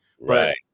Right